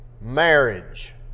marriage